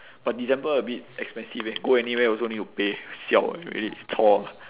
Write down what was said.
but december a bit expensive eh go anywhere also need to pay siao [one] really chor